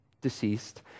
deceased